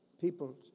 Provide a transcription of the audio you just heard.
People